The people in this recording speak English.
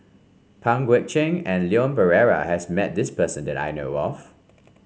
Pang Guek Cheng and Leon Perera has met this person that I know of